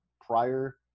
prior